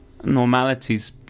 normalities